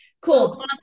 cool